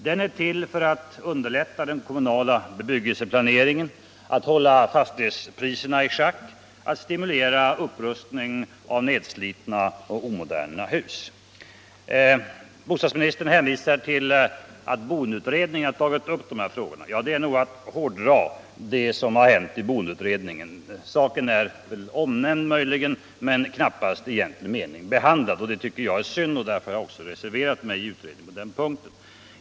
Den är till för att underlätta den kommunala bebyggelseplaneringen, hålla fastighetspriserna i schack och stimulera upprustning av nedslitna och omoderna hus. Bostadsministern hänvisade till att boendeutredningen har tagit upp dessa frågor. Ja, det är nog att hårdra det som har hänt i boendeutredningen. Saken är möjligen omnämnd, men knappast i egentlig mening behandlad. Det tycker jag är synd, och därför har jag också reserverat mig i utredningen på den punkten.